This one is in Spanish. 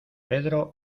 pedro